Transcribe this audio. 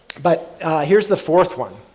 but here's the fourth one.